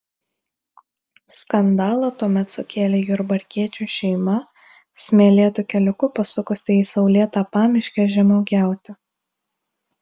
skandalą tuomet sukėlė jurbarkiečių šeima smėlėtu keliuku pasukusi į saulėtą pamiškę žemuogiauti